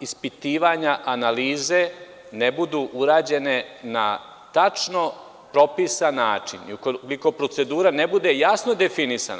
ispitivanja, analize ne budu urađene na tačno propisan način, ukoliko procedura ne bude jasno definisana.